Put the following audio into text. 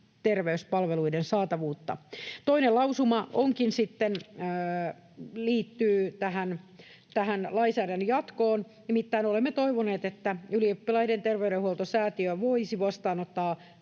terveyspalveluiden saatavuutta. Toinen lausuma liittyy tähän lainsäädännön jatkoon. Nimittäin olemme toivoneet, että Ylioppilaiden terveydenhoitosäätiö voisi vastaanottaa